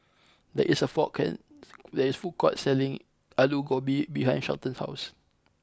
there is a food court there is food court selling Aloo Gobi behind Shelton's house